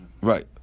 Right